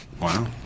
Wow